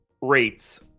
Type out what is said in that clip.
rates